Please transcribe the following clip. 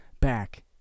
back